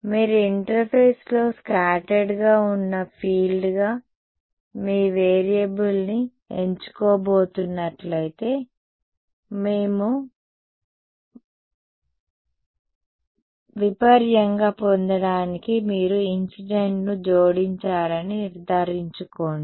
మీరు ఇంటర్ఫేస్లో స్కాటర్డ్ గా ఉన్న ఫీల్డ్గా మీ వేరియబుల్ని ఎంచుకోబోతున్నట్లయితే మొత్తం మరియు విపర్యంగా పొందడానికి మీరు ఇన్సిడెంట్ ను జోడించారని నిర్ధారించుకోండి